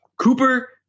Cooper